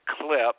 clip